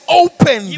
open